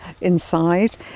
inside